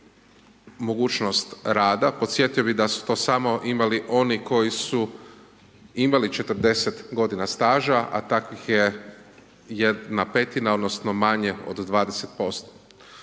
mogućnost rada, podsjetio bi da su to samo imali oni koji su imali 40 godina staža, a takvih je 1/5 odnosno manje od 20%.